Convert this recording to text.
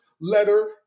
letter